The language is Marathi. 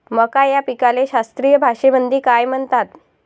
मका या पिकाले शास्त्रीय भाषेमंदी काय म्हणतात?